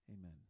Amen